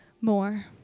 more